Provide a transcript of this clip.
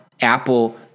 Apple